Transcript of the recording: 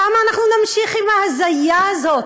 כמה אנחנו נמשיך עם ההזיה הזאת,